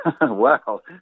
Wow